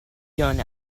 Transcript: done